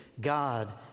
God